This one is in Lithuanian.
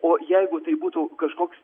o jeigu tai būtų kažkoks